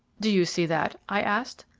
do you see that? i asked.